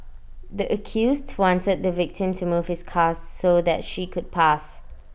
the accused wanted the victim to move his car so that she could pass